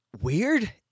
weird